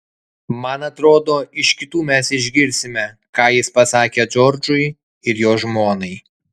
man atrodo iš kitų mes išgirsime ką jis pasakė džordžui ir jo žmonai